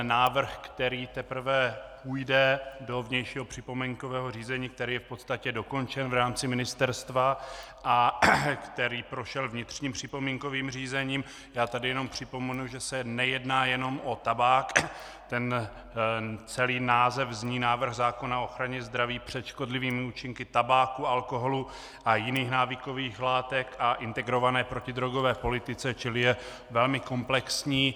Návrh, který teprve půjde do vnějšího připomínkového řízení, který je v podstatě dokončen v rámci ministerstva a který prošel vnitřním připomínkovým řízením já tady jenom připomenu, že se nejedná jenom o tabák, celý název zní návrh zákona o ochraně zdraví před škodlivými účinky tabáku, alkoholu a jiných návykových látek a integrované protidrogové politice, čili je velmi komplexní.